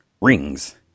rings